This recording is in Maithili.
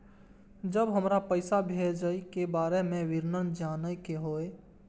जब हमरा पैसा भेजय के बारे में विवरण जानय के होय?